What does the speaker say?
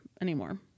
anymore